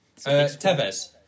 Tevez